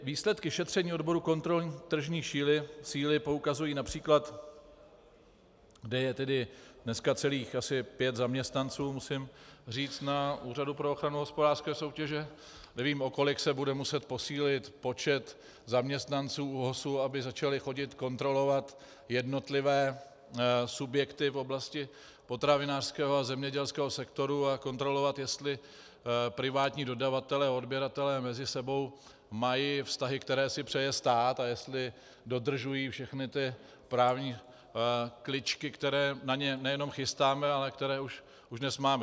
Výsledky šetření odboru kontroly tržní síly poukazují například, kde je dneska celých asi pět zaměstnanců na Úřadu pro ochranu hospodářské soutěže, nevím, o kolik se bude muset posílit počet zaměstnanců ÚOHS, aby začali chodit kontrolovat jednotlivé subjekty v oblasti potravinářského a zemědělského sektoru a kontrolovat, jestli privátní dodavatelé a odběratelé mezi sebou mají vztahy, které si přeje stát, a jestli dodržují všechny právní kličky, které na ně nejenom chystáme, ale které už dnes máme.